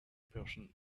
person